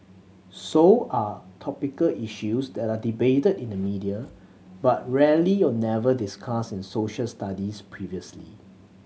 so are topical issues that are debated in the media but rarely or never discussed in Social Studies previously